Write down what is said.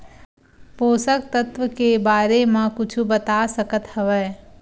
पोषक तत्व के बारे मा कुछु बता सकत हवय?